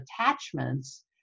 attachments